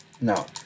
No